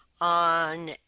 on